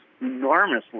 enormously